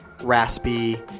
raspy